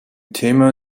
thema